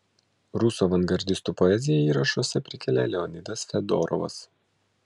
rusų avangardistų poeziją įrašuose prikelia leonidas fedorovas